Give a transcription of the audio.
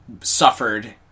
suffered